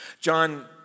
John